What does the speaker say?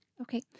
Okay